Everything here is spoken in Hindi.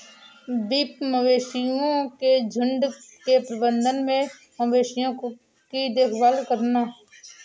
बीफ मवेशियों के झुंड के प्रबंधन में मवेशियों की देखभाल करना